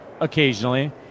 occasionally